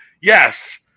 Yes